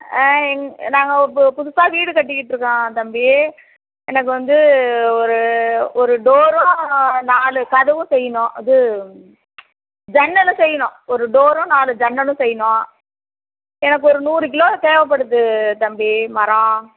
எங்க நாங்கள் இப்போ புதுசாக வீடு கட்டிகிட்யிருக்கோம் தம்பி எனக்கு வந்து ஒரு ஒரு டோரும் நாலு கதவும் செய்யிணும் இது ஜன்னலும் செய்யிணும் ஒரு டோரும் நாலு ஜென்னலும் செய்யிணும் எனக்கு ஒரு நூறு கிலோ தேவைப்படுது தம்பி மரம்